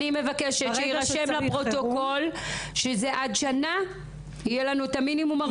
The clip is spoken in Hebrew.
אני מבקשת שיירשם בפרוטוקול שעד שנה יהיה לנו את המינימום של 40 דירות.